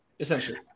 Essentially